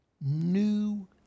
new